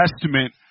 Testament